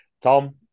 Tom